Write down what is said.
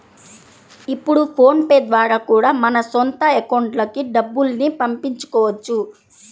ఇప్పుడు ఫోన్ పే ద్వారా కూడా మన సొంత అకౌంట్లకి డబ్బుల్ని పంపించుకోవచ్చు